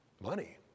money